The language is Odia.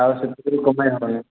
ଆଉ ସେଇଥିରୁ କମେଇ ହେବନାହିଁ